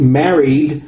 married